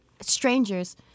strangers